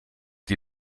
die